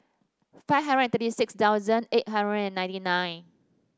five hundred and thirty six thousand eight hundred and ninety nine